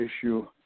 issue